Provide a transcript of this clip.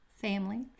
family